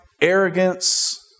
arrogance